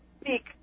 speak